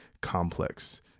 Complex